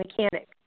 mechanic